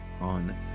on